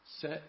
Set